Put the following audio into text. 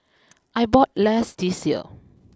I bought less this year